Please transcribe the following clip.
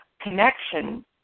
connection